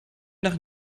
nach